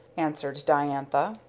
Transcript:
answered diantha.